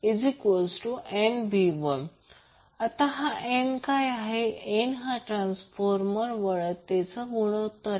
n हा ट्रान्सफॉर्मरच्या वळतेचे गुणोत्तर